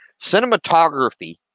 Cinematography